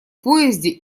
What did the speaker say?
поезде